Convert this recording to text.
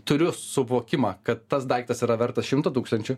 turiu suvokimą kad tas daiktas yra vertas šimto tūkstančių